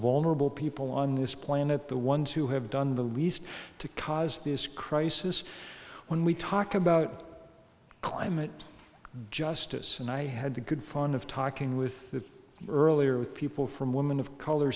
vulnerable people on this planet the ones who have done the least to cause this crisis when we talk about climate justice and i had the good fun of talking with that earlier with people from women of color